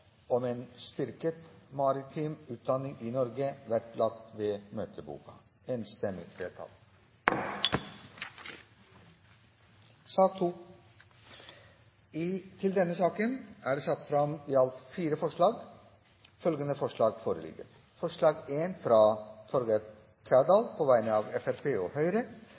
om en styrket maritim utdanning som følger opp MARUT og Aasen-utvalgets innstilling.» Under debatten er det satt fram i alt fire forslag. Det er forslag nr. 1, fra Torgeir Trældal på vegne av Fremskrittspartiet og Høyre